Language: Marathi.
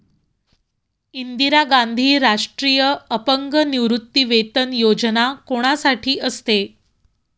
इंदिरा गांधी राष्ट्रीय अपंग निवृत्तीवेतन योजना कोणासाठी असते?